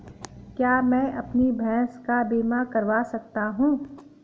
क्या मैं अपनी भैंस का बीमा करवा सकता हूँ?